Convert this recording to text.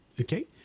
okay